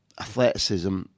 athleticism